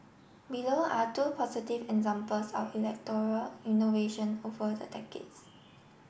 below are two positive examples of electoral innovation over the decades